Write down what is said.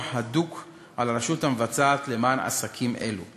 לקידום חקיקה ופיקוח הדוק על הרשות המבצעת למען עסקים אלו,